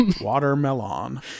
Watermelon